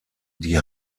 die